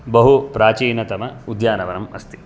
बहु प्राचीनतम उद्यानवनम् अस्ति